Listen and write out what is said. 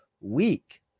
week